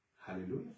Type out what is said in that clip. Hallelujah